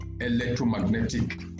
electromagnetic